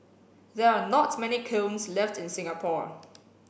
there are not many kilns left in Singapore